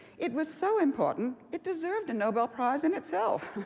it was so important it deserved a nobel prize in itself.